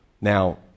Now